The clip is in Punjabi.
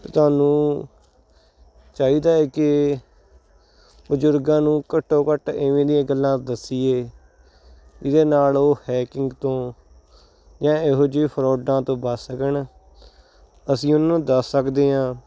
ਤੁਹਾਨੂੰ ਚਾਹੀਦਾ ਹੈ ਕਿ ਬਜ਼ੁਰਗਾਂ ਨੂੰ ਘੱਟੋ ਘੱਟ ਐਵੇਂ ਦੀਆਂ ਗੱਲਾਂ ਦੱਸੀਏ ਜਿਹਦੇ ਨਾਲ ਉਹ ਹੈਕਿੰਗ ਤੋਂ ਜਾਂ ਇਹੋ ਜਿਹੇ ਫਰੋਡਾਂ ਤੋਂ ਬਚ ਸਕਣ ਅਸੀਂ ਉਨ੍ਹਾਂ ਨੂੰ ਦੱਸ ਸਕਦੇ ਹਾਂ